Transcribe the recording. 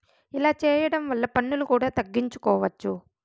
ఇలా చేయడం వల్ల పన్నులు కూడా తగ్గించుకోవచ్చు